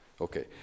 Okay